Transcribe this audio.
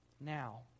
now